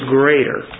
greater